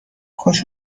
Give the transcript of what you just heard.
خوش